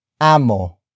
Amo